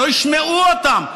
שלא ישמעו אותם.